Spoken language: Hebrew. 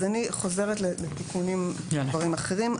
אז אני חוזרת לתיקונים של דברים אחרים.